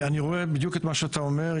אני רואה בדיוק את מה שאתה אומר,